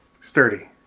Sturdy